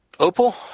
Opal